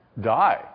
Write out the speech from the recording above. Die